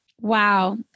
Wow